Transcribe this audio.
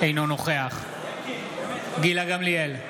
אינו נוכח גילה גמליאל,